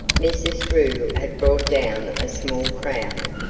mrs. drew had brought down a small crowd,